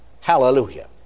Hallelujah